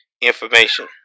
information